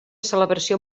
celebració